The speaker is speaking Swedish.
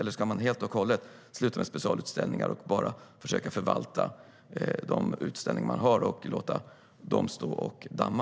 Eller ska museerna helt och hållet sluta med specialutställningar och bara förvalta permanenta utställningar och låta dem stå och damma?